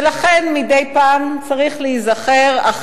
ולכן, מדי פעם צריך להיזכר.